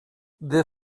their